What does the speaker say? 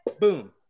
boom